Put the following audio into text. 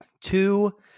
two